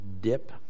dip